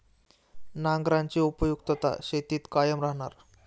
नांगराची उपयुक्तता शेतीत कायम राहणार